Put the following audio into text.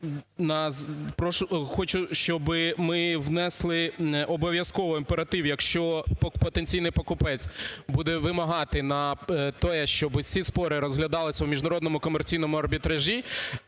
хочу, щоб ми внесли обов'язковий імператив, якщо потенційний покупець буде вимагати на те, щоб ці спори розглядалися в міжнародному комерційному арбітражі.